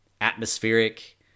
atmospheric